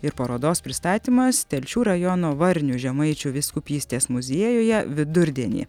ir parodos pristatymas telšių rajono varnių žemaičių vyskupystės muziejuje vidurdienį